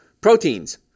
proteins